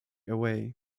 away